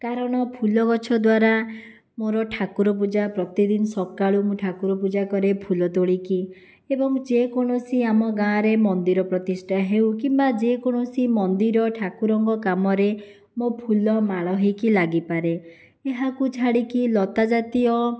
କାରଣ ଫୁଲ ଗଛ ଦ୍ୱାରା ମୋର ଠାକୁର ପୂଜା ପ୍ରତିଦିନ ସକାଳୁ ମୁଁ ଠାକୁର ପୂଜା କରେ ଫୁଲ ତୋଳିକି ଏବଂ ଯେକୌଣସି ଆମ ଗାଁରେ ମନ୍ଦିର ପ୍ରତିଷ୍ଠା ହେଉ କିମ୍ବା ଯେକୌଣସି ମନ୍ଦିର ଠାକୁରଙ୍କ କାମରେ ମୋ ଫୁଲ ମାଳ ହୋଇକି ଲାଗିପାରେ ଏହାକୁ ଛାଡ଼ିକି ଲତା ଜାତୀୟ